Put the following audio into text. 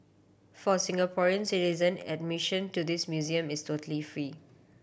for Singaporean citizen admission to this museum is totally free